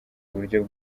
uburyo